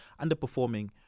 underperforming